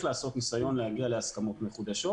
לעשות ניסיון להגיע להסכמות מחודשות.